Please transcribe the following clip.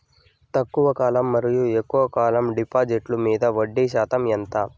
తక్కువ కాలం మరియు ఎక్కువగా కాలం డిపాజిట్లు మీద వడ్డీ శాతం ఎంత?